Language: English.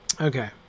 Okay